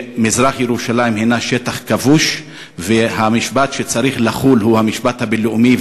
שמזרח-ירושלים הוא שטח כבוש והמשפט שצריך לחול הוא המשפט הבין-לאומי,